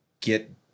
get